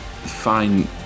Fine